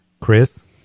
Chris